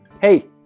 Hey